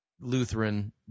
Lutheran